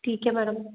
ठीक है मैडम